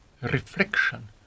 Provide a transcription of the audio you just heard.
Reflection